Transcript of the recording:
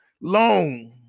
loan